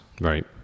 right